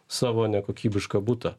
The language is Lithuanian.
savo nekokybišką butą